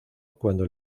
cuando